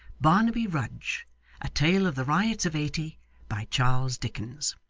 barnaby rudge a tale of the riots of eighty by charles dickens